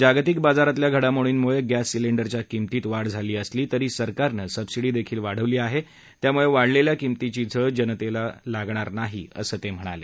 जागतिक बाजारातल्या घडामोडींमुळे गॅस सिलेंडरच्या किंमतीत वाढ झाली असली तरी सरकारनं सबसिडी देखील वाढवली आहे त्यामुळे वाढलेल्या किंमतीचा झळ जनतेला लागणार नाही असंही ते म्हणाले